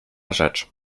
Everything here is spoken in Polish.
rzecz